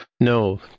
No